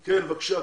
בבקשה.